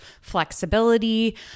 flexibility